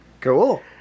Cool